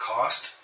Cost